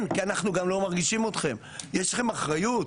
אנחנו גם לא מרגישים אותכם ויש לכם אחריות.